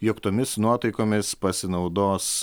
jog tomis nuotaikomis pasinaudos